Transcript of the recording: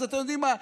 אז אתם יודעים מה?